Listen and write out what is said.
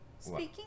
Speaking